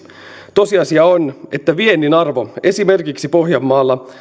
tosiasia on että viennin arvo esimerkiksi pohjanmaalla